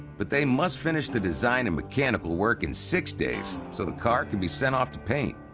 but they must finish the design and mechanical work in six days so the car can be sent off to paint.